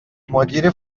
مدیر